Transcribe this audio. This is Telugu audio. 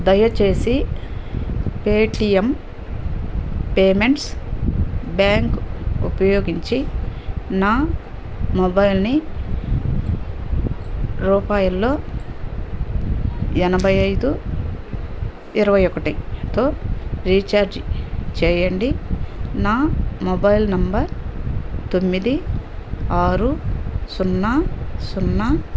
దయచేసి పేటీఎం పేమెంట్స్ బ్యాంక్ ఉపయోగించి నా మొబైల్ని రూపాయలు ఎనభై ఐదు ఇరవై ఒక్కటితో రీఛార్జ్ చేయండి నా మొబైల్ నంబర్ తొమ్మిది ఆరు సున్నా సున్నా